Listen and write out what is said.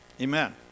Amen